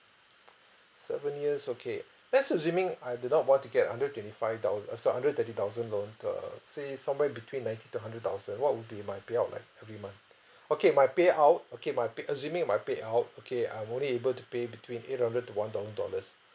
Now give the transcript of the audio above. seven years okay let's assuming I do not want to get a hundred and twenty five thousand uh sorry a hundred thirty thousand loan err say somewhere between ninety to hundred thousand what would be my payout like every month okay my payout okay my pay assuming my payout okay I'm only able to pay between eight hundred to one thousand dollars